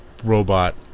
robot